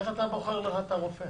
איך אתה בוחר לך את הרופא